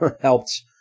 helped